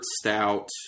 stout